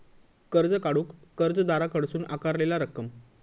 कर्ज काढूक कर्जदाराकडसून आकारलेला रक्कम